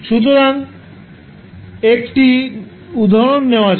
সুতরাং একটি উদাহরণ নেওয়া যাক